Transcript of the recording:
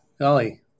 golly